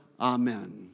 Amen